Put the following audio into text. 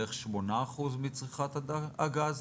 על בערך 8% מצריכת הגז,